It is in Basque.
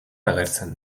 agertzen